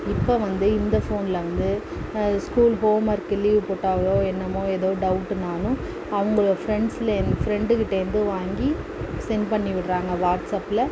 இப்போ வந்து இந்த ஃபோனில் வந்து ஸ்கூல் ஹோம் ஒர்க்கு லீவ் போட்டாலோ என்னமோ ஏதோ டவுட்னாலும் அவங்கள ஃபரெண்ட்ஸ்லேந் ஃபரெண்ட்டு கிட்டேருந்து வாங்கி சென்ட் பண்ணிவிடுகிறாங்க வாட்ஸ்அப்பில்